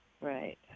Right